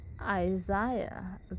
Isaiah